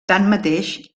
tanmateix